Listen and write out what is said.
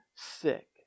sick